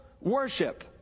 worship